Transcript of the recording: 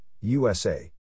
USA